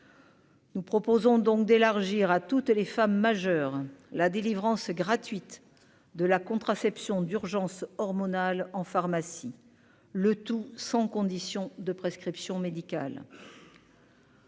Nous proposons donc d'élargir à toutes les femmes majeures, la délivrance gratuite de la contraception d'urgence hormonale en pharmacie, le tout sans conditions de prescription médicale.